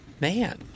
Man